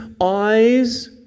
eyes